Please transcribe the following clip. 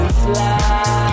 fly